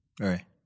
Right